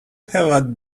have